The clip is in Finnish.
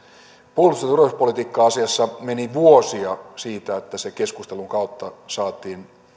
puolustus ja turvallisuuspolitiikka asiassa meni vuosia siinä että se keskustelun kautta saatiin